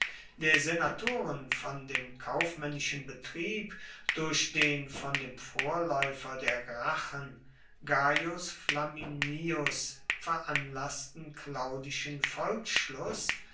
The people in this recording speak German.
der senatoren von dem kaufmännischen betrieb durch den von dem vorläufer der gracchen gaius flaminius veranlaßten claudischen volksschluß